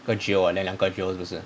跟 geo ah 那两个 geo 是不是